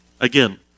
Again